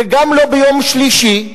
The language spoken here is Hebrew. וגם לא ביום שלישי,